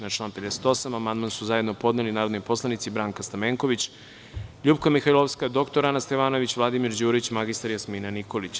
Na član 58. amandman su zajedno podneli narodni poslanici Branka Stamenković, LJupka Mihajlovska, dr Ana Stevanović, Vladimir Đurić i mr Jasmina Nikolić.